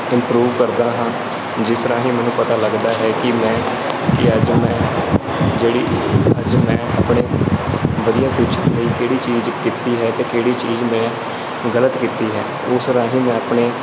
improve ਕਰਦਾ ਹਾਂ ਜਿਸ ਰਾਹੀਂ ਮੈਨੂੰ ਪਤਾ ਲੱਗਦਾ ਹੈ ਕਿ ਮੈਂ ਕੀ ਅੱਜ ਮੈਂ ਜਿਹੜੀ ਅੱਜ ਮੈਂ ਆਪਣੇ ਆਪ ਵਧੀਆ ਕੁਛ ਕਿਹੜੀ ਵਧੀਆ ਚੀਜ਼ ਕੀਤੀ ਹੈ ਅਤੇ ਕਿਹੜੀ ਚੀਜ਼ ਮੈਂ ਗਲਤ ਕੀਤੀ ਹੈ ਉਸ ਰਾਹੀਂ ਮੈਂ ਆਪਣੇ